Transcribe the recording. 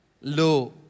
low